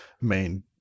main